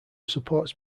supports